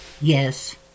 yes